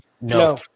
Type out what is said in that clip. No